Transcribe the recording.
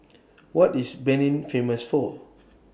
What IS Benin Famous For